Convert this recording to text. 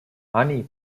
honey